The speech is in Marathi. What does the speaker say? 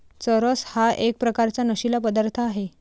चरस हा एक प्रकारचा नशीला पदार्थ आहे